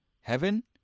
Heaven